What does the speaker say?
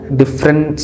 different